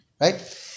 right